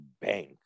bank